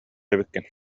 эбиккин